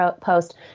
post